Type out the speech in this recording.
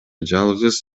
жалгыз